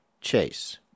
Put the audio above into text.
chase